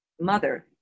mother